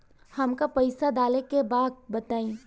हमका पइसा डाले के बा बताई